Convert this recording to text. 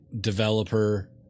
developer